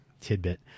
tidbit